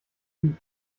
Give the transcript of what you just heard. blut